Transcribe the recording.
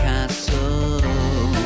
Castle